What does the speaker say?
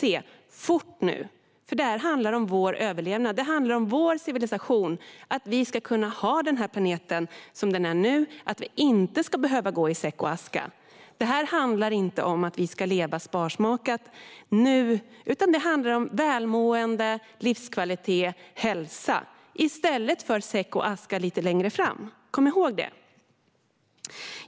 Det handlar om vår överlevnad, om vår civilisation och om att vi ska kunna ha den här planeten som den är nu. Det handlar om att vi inte ska behöva gå i säck och aska. Det här handlar inte om att vi ska leva sparsmakat nu. Det handlar om välmående, livskvalitet och hälsa i stället för säck och aska lite längre fram. Kom ihåg det!